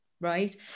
Right